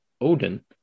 Odin